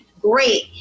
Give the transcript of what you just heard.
great